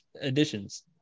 additions